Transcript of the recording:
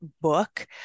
book